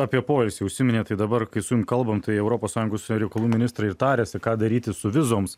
apie poilsį užsiminėt tai dabar kai su jum kalbam europos sąjungos užsienio reikalų ministrai tarėsi ką daryti su vizoms